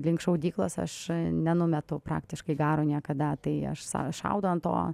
link šaudyklos aš nenumetu praktiškai garo niekada tai aš sau šaudau ant to